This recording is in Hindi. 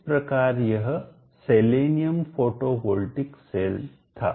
इस प्रकार यह सेलेनियम फोटोवॉल्टिक सेल था